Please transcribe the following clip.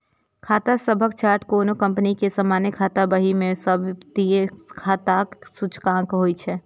खाता सभक चार्ट कोनो कंपनी के सामान्य खाता बही मे सब वित्तीय खाताक सूचकांक होइ छै